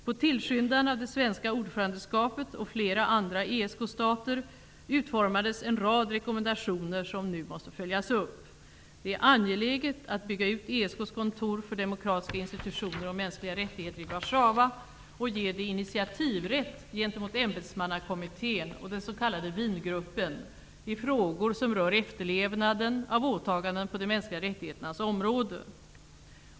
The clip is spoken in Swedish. På tillskyndan av det svenska ordförandeskapet och flera andra ESK-stater utformades en rad rekommendationer som nu måste följas upp. Det är angeläget att bygga ut ESK:s kontor för demokratiska institutioner och mänskliga rättigheter i Warszawa och ge det initiativrätt gentemot ämbetsmannakommittén och den s.k. Wiengruppen i frågor som rör efterlevnaden av åtaganden på de mänskliga rättigheternas område.